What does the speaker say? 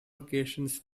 occasions